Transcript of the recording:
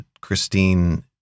Christine